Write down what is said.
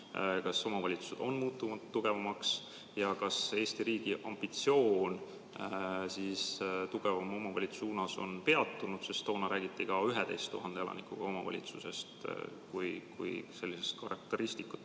kas omavalitsused on muutunud tugevamaks ja kas Eesti riigi ambitsioon tugevama omavalitsuse suunas liikuda on peatunud. Toona räägiti ka 11 000 elanikuga omavalitsusest, kui karakteristikute